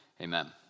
Amen